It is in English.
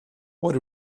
what